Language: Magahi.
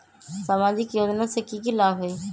सामाजिक योजना से की की लाभ होई?